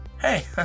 hey